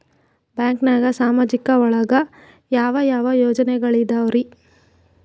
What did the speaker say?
ಬ್ಯಾಂಕ್ನಾಗ ಸಾಮಾಜಿಕ ಒಳಗ ಯಾವ ಯಾವ ಯೋಜನೆಗಳಿದ್ದಾವ್ರಿ?